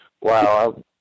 Wow